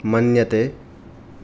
मन्यते